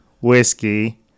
whiskey